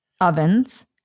ovens